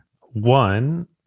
One